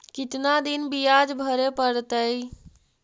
कितना दिन बियाज भरे परतैय?